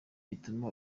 gituma